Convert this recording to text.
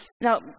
Now